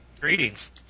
Greetings